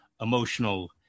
emotional